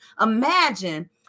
imagine